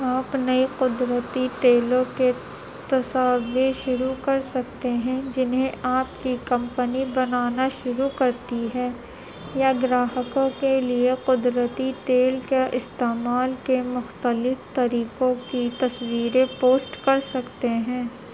آپ نئے قدرتی تیلوں کے تصاویر شروع کر سکتے ہیں جنہیں آپ کی کمپنی بنانا شروع کرتی ہے یا گراہکوں کے لیے قدرتی تیل کا استعمال کے مختلف طریقوں کی تصویریں پوسٹ کر سکتے ہیں